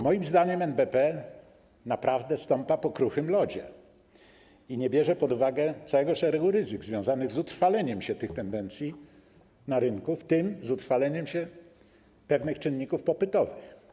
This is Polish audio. Moim zdaniem NBP naprawdę stąpa po kruchym lodzie i nie bierze pod uwagę całego szeregu ryzyk związanych z utrwaleniem się tych tendencji na rynku, w tym z utrwaleniem się pewnych czynników popytowych.